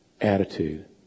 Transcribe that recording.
attitude